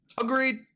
Agreed